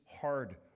hard